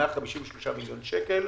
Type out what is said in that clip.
ה-153 מיליון שקלים,